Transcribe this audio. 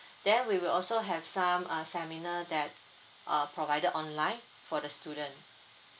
then we will also have some uh seminar that err provided online for the student